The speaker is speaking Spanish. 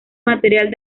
material